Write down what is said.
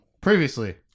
Previously